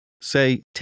Say